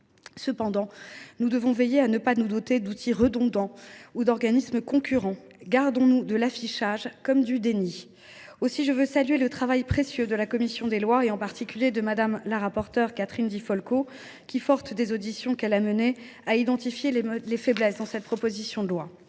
Cependant, nous devons veiller à ne pas nous doter d’outils redondants ou d’organismes concurrents. Gardons nous de l’affichage comme du déni ! Aussi, je veux saluer le travail précieux réalisé par la commission des lois, en particulier par notre rapporteure, Catherine Di Folco, qui, forte des auditions qu’elle a menées, a identifié les faiblesses de cette proposition de loi.